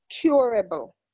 curable